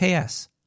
KS